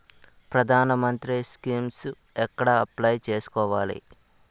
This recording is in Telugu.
ప్రధాన మంత్రి స్కీమ్స్ ఎక్కడ అప్లయ్ చేసుకోవాలి?